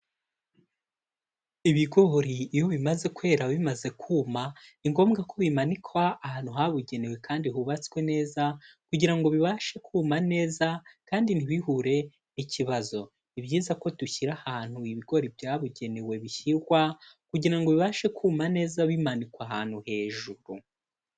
Ibigori iyo bimaze kwera bimaze kuma ni ngombwa ko bimanikwa ahantu habugenewe kandi hubatswe neza kugira ngo bibashe kuma neza, kandi ntibihure ikibazo. Ni ibyiza ko dushyira ahantu ibigori byabugenewe bishyirwa, kugira ngo bibashe kuma neza bimanikwa ahantu hejuru.